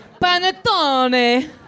Panettone